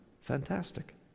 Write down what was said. fantastic